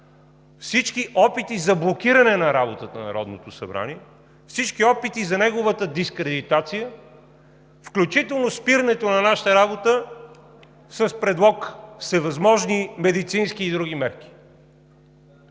всички опити за блокиране на работата на парламента, всички опити за неговата дискредитация, включително спирането на работата ни под предлог всевъзможни медицински и други мерки!